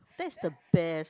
that is the best